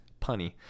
punny